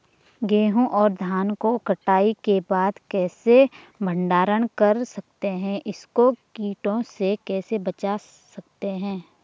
गेहूँ और धान को कटाई के बाद कैसे भंडारण कर सकते हैं इसको कीटों से कैसे बचा सकते हैं?